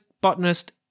botanist